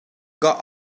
got